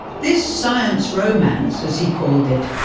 this science romance, as he called it,